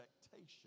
expectation